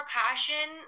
passion